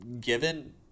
given